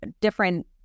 different